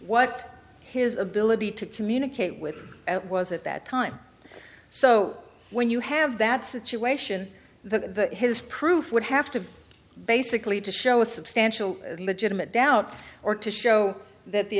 what his ability to communicate with it was at that time so when you have that situation that his proof would have to basically to show with stanch legitimate doubt or to show that the